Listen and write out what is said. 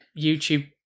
YouTube